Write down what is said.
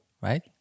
right